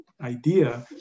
idea